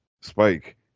spike